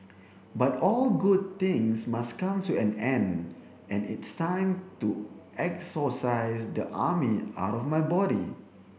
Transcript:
but all good things must come to an end and it's time to exorcise the army out of my body